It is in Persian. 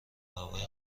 هوای